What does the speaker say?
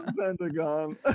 pentagon